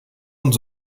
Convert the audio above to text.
und